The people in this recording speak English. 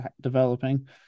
developing